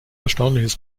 erstaunliches